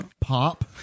pop